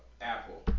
Apple